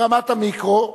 ברמת המיקרו,